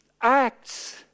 acts